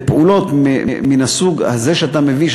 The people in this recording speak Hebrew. ופעולות מן הסוג הזה שאתה מביא,